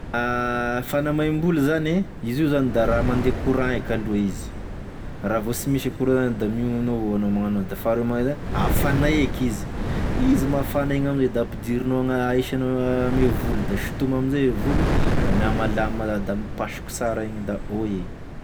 Fanamaim-bolo zane, izy io zany da raha mandeha courant eky aloha izy, raha vô sy misy e courant zany da miognona avao anao magnano anazy da faharoy magnan'zay afanay eky izy, izy mafana igny amizay da ampidirinao gna- ahisanao ame volo da sotomy amizay e volo da miamalama da mipasoky sara igny da ôy e.